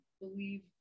believe